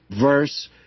verse